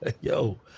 Yo